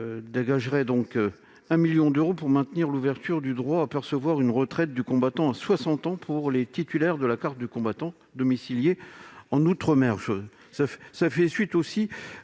dégager un million d'euros pour maintenir l'ouverture du droit à percevoir une retraite du combattant à 60 ans pour les titulaires de la carte du combattant domiciliés en outre-mer. À l'instar